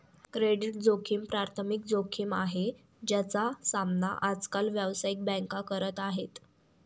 credit जोखिम प्राथमिक जोखिम आहे, ज्याचा सामना आज काल व्यावसायिक बँका करत आहेत